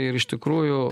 ir iš tikrųjų